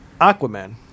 Aquaman